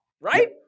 right